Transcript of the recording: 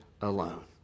alone